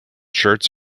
shirts